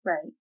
Right